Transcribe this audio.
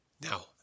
Now